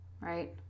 right